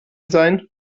sein